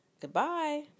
Goodbye